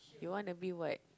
you want to be what